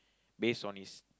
base on his